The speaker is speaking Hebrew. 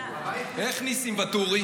איך ניסים ואטורי?